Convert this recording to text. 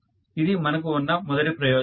ఇది మనకు ఉన్న మొదటి ప్రయోజనం